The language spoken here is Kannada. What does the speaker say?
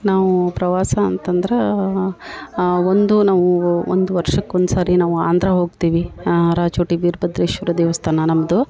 ನಾವು ಪ್ರವಾಸ ಅಂತಂದ್ರೆ ಒಂದು ನಾವು ಒಂದು ವರ್ಷಕ್ಕೆ ಒಂದು ಸಾರಿ ನಾವು ಆಂಧ್ರ ಹೋಗ್ತೀವಿ ರಾಚೋಟಿ ವೀರಭದ್ರೇಶ್ವರ ದೇವಸ್ಥಾನ ನಮ್ಮದು